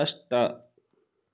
अष्ट